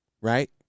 Right